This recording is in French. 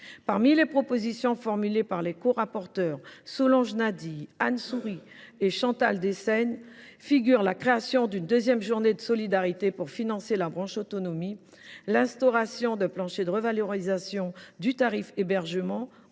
Parmi les propositions formulées par Solanges Nadille, Anne Souyris et Chantal Deseyne figurent la création d’une deuxième journée de solidarité pour financer la branche autonomie, l’instauration d’un plancher de revalorisation du tarif hébergement